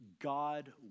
God